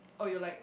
or you like